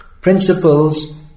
principles